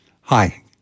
Hi